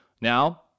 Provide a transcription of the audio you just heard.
now